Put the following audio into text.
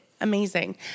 Amazing